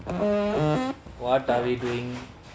what are you doing